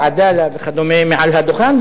"עדאלה" וכדומה מעל הדוכן,